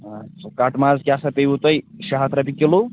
اچھا کٹہٕ ماز کیٛاہ سا پیَوٕ تۄہہِ شیٚے ہَتھ رۄپیہِ کِلوٗ